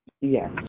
Yes